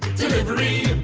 delivery,